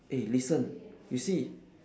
eh listen you see